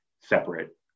separate